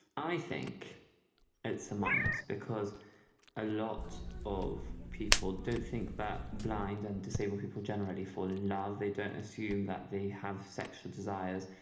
i think it's a minus because a lot of people don't think that blind and disabled people generally fall in love, they don't assume that they have sexual desires.